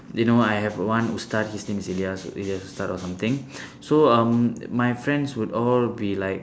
you know I have one ustaz his name is elias elias ustaz or something so um my friends would all be like